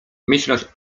myśląc